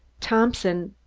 thompson?